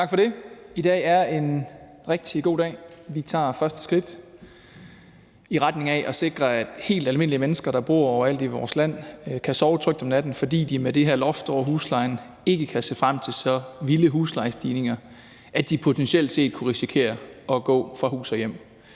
Tak for det. I dag er en rigtig god dag. Vi tager det første skridt i retning af at sikre, at helt almindelige mennesker, der bor overalt i vores land, kan sove trygt om natten, fordi de med det her loft over huslejen ikke kan se frem til så vilde huslejestigninger, at de potentielt kunne risikere at gå fra hus og hjem.